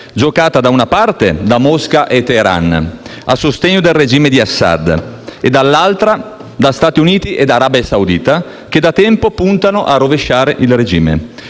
giocata, da una parte, da Mosca e Teheran a sostegno del regime di Assad e, dall’altra, da Stati Uniti e Arabia Saudita, che da tempo puntano a rovesciare il regime.